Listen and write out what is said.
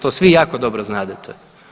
To svi jako dobro znadete.